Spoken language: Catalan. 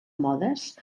modes